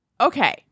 Okay